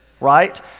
right